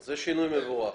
זה שינוי מבורך.